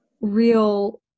real